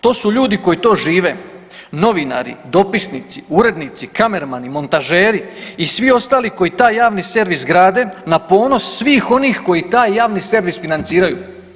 To su ljudi koji to žive, novinari, dopisnici, urednici, kamermani, montažeri i svi ostali koji taj javni servis grade na ponos svih onih koji taj javni servis financiraju.